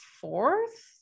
fourth